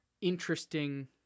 interesting